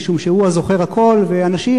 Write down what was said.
משום שהוא הזוכר הכול ואנשים,